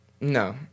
no